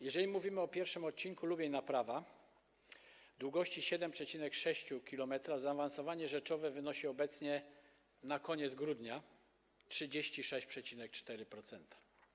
Jeżeli mówimy o pierwszym odcinku, Lubień - Naprawa, o długości 7,6 km, zaawansowanie rzeczowe wynosi obecnie, na koniec grudnia, 36,4%.